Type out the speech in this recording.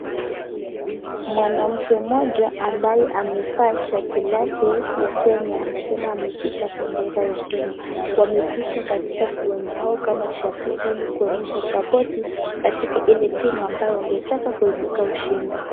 Mwanamke mmoja ambaye amevaa shati lake ya Kenya na tena ameshika bendera ya Kenya. Wamekuja katika kiwanja kama shabiki ili kuonyesha sapoti katika ile timu ambayo wangetaka kuibuka ushindi.